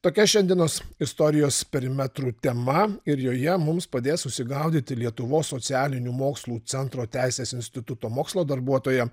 tokia šiandienos istorijos perimetrų tema ir joje mums padės susigaudyti lietuvos socialinių mokslų centro teisės instituto mokslo darbuotoja